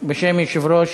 בשם יושב-ראש